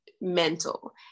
mental